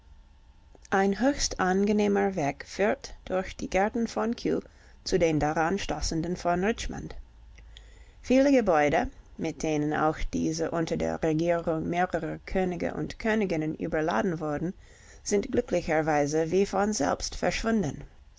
ein höchst angenehmer weg führt durch die gärten von kew zu den daran stoßenden von richmond viele gebäude mit denen auch diese unter der regierung mehrerer könige und königinnen überladen wurden sind glücklicherweise wie von selbst verschwunden